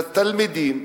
לתלמידים,